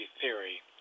theory